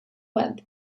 webb